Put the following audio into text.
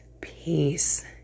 peace